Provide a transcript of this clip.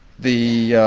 the,